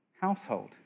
household